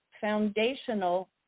foundational